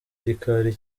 gikari